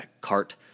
Cart